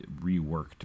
reworked